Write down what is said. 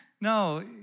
no